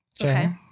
Okay